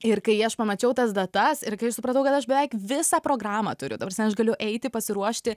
ir kai aš pamačiau tas datas ir kai aš supratau kad aš beveik visą programą turiu ta prasme aš galiu eiti pasiruošti